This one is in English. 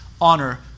honor